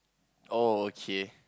oh okay